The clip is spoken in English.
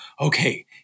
okay